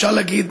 אפשר להגיד,